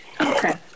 Okay